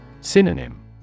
Synonym